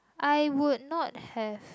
I would not have